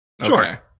Sure